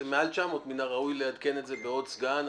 מעל 900, מן הראוי לעדכן את זה בעוד סגן.